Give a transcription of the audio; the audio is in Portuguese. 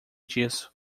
disso